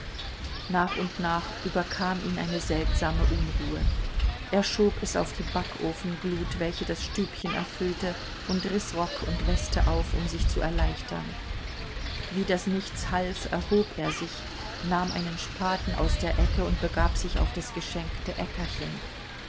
nach und nach überkam ihn eine seltsame unruhe er schob es auf die backofenglut welche das stübchen erfüllte und riß rock und weste auf um sich zu erleichtern wie das nichts half erhob er sich nahm einen spaten aus der ecke und begab sich auf das geschenkte